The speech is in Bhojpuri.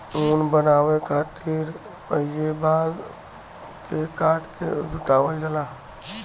ऊन बनावे खतिर पहिले बाल के काट के जुटावल जाला